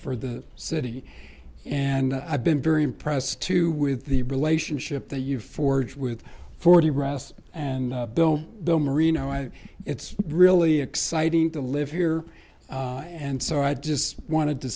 for the city and i've been very impressed too with the relationship that you forged with forty rest and bill bill murray no i it's really exciting to live here and so i just wanted to